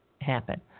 happen